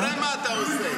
תראה מה אתה עושה.